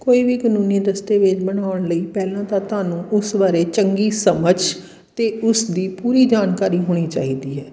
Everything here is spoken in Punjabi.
ਕੋਈ ਵੀ ਕਾਨੂੰਨੀ ਦਸਤੇਵੇਜ਼ ਬਣਾਉਣ ਲਈ ਪਹਿਲਾਂ ਤਾਂ ਤੁਹਾਨੂੰ ਉਸ ਬਾਰੇ ਚੰਗੀ ਸਮਝ ਅਤੇ ਉਸ ਦੀ ਪੂਰੀ ਜਾਣਕਾਰੀ ਹੋਣੀ ਚਾਹੀਦੀ ਹੈ